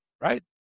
Right